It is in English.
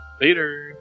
Later